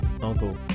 Uncle